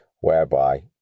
whereby